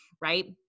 right